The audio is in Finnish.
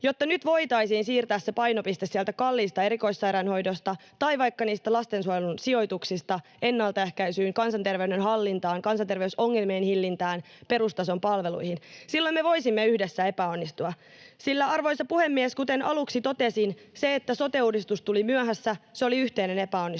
jotta nyt voitaisiin siirtää se painopiste sieltä kalliista erikoissairaanhoidosta tai vaikka niistä lastensuojelun sijoituksista ennaltaehkäisyyn, kansanterveyden hallintaan, kansanterveysongelmien hillintään ja perustason palveluihin. Silloin me voisimme yhdessä onnistua, sillä, arvoisa puhemies, kuten aluksi totesin: ”Se, että sote-uudistus tuli myöhässä, oli yhteinen epäonnistuminen,